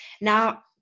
Now